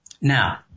Now